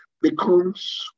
becomes